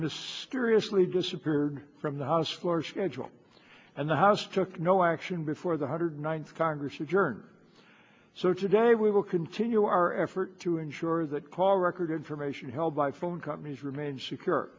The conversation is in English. mysteriously disappeared from the house floor schedule and the house took no action before the hundred ninth congress adjourned so today we will continue our effort to ensure that call record information held by phone companies remain secure